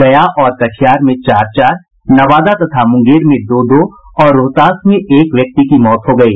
गया और कटिहार में चार चार नवादा तथा मुंगेर में दो दो और रोहतास में एक व्यक्ति की मौत हो गयी